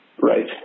Right